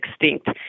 extinct